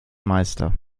meister